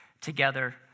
together